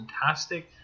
fantastic